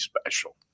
special